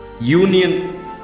union